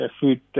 food